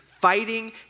fighting